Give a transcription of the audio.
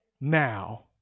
Now